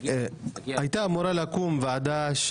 הייתה אמורה לקום ועדה,